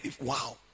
Wow